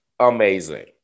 Amazing